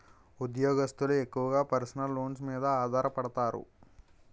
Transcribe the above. ఉద్యోగస్తులు ఎక్కువగా personal loans మీద ఆధారపడతారు